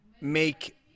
make